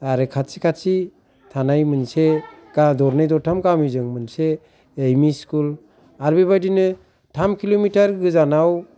आरो खाथि खाथि थानाय मोनसे दरनै दरथाम गामिजों मोनसे एम इ स्कुल आरो बे बायदिनो थाम किल'मिथार गोजानाव